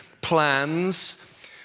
plans